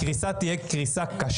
הקריסה תהיה קשה,